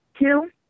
Two